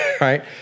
Right